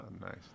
Nice